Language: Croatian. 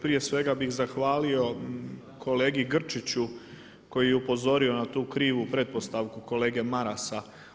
Prije svega bih zahvalio kolegi Grčiću koji je upozorio na tu krivu pretpostavku kolege Marasa.